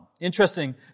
Interesting